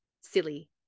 silly